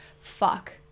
fuck